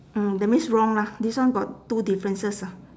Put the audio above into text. mm that means wrong lah this one got two differences ah